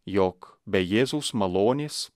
jog be jėzaus malonės